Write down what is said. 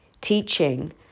teaching